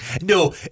No